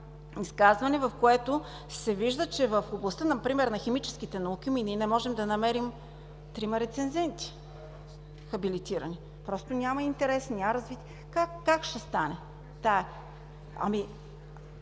изказване, в което се вижда, че в областта например на химическите науки не можем да намерим трима рецензенти – хабилитирани, няма интерес, няма развитие, как ще стане?